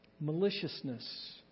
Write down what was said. maliciousness